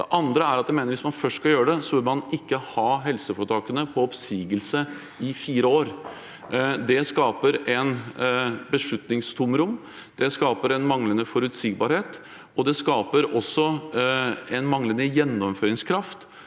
Jeg mener at hvis man først skal gjøre det, bør man ikke ha helseforetakene på oppsigelse i fire år. Det skaper et beslutningstomrom. Det skaper manglende forutsigbarhet, og det skaper en manglende gjennomføringskraft